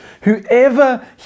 whoever